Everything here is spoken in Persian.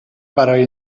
برای